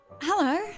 Hello